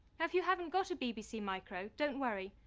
have you haven't got a bbc micro? don't worry,